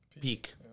peak